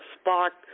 sparked